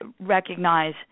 recognize